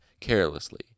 carelessly